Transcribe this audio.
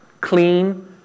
clean